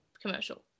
commercial